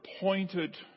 appointed